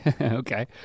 Okay